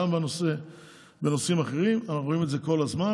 גם בנושאים אחרים אנחנו רואים את זה כל הזמן,